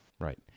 Right